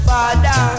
Father